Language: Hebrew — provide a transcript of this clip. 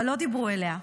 אבל לא דיברו אליה,